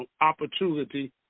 opportunity